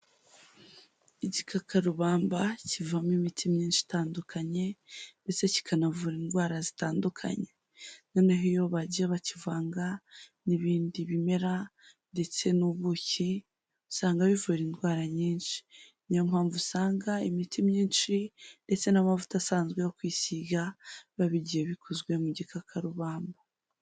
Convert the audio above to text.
Igikakarubamba kivamo imiti myinshi itandukanye, ndetse kikanavura indwara zitandukanye. Noneho iyo bagiye bakivanga n'ibindi bimera ndetse n'ubuki, usanga bivura indwara nyinshi. Ni yo mpamvu usanga imiti myinshi ndetse n'amavuta asanzwe yo kwisiga, biba bigiye bikozwe mu gikakarubamba.